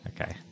okay